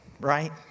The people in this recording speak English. right